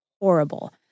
horrible